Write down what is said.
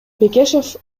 бекешев